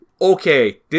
okay